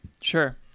sure